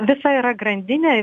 visa yra grandinė